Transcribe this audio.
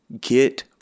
get